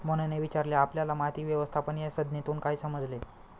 मोहनने विचारले आपल्याला माती व्यवस्थापन या संज्ञेतून काय समजले?